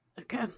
okay